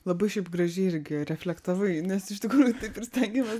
labai šiaip gražiai irgi reflektavai nes iš tikrųjų taip ir stengiamės